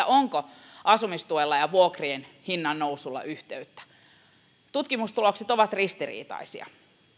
onko asumistuella ja vuokrien hinnannousulla yhteyttä tutkimustulokset ovat ristiriitaisia